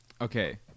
Okay